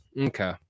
okay